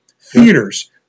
theaters